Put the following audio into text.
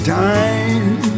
time